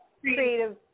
creative